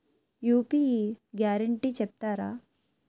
UPI guarantee చెప్తారా?